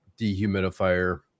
dehumidifier